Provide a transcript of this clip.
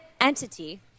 entity